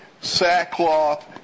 sackcloth